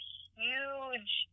huge